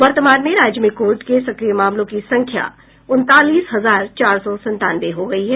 वर्तमान में राज्य में कोविड के सक्रिय मामलों की संख्या उनतालीस हजार चार सौ संतानवे हो गयी है